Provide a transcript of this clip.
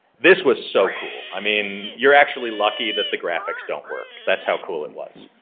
this was so cool, i mean you're actually lucky that the graphics don't work. that's how cool it was.